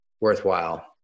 worthwhile